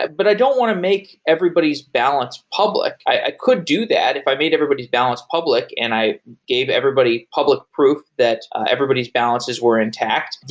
but i don't want to make everybody's balance public. i could do that if i made everybody's balance public and i gave everybody public proof that everybody's balances were intact.